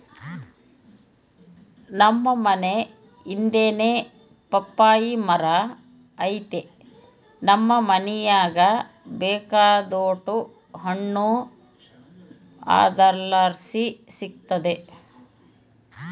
ನಮ್ ಮನೇ ಹಿಂದೆನೇ ಪಪ್ಪಾಯಿ ಮರ ಐತೆ ನಮ್ ಮನೀಗ ಬೇಕಾದೋಟು ಹಣ್ಣು ಅದರ್ಲಾಸಿ ಸಿಕ್ತತೆ